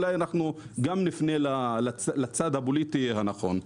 ואולי גם אנחנו נפנה לצד הפוליטי הנכון.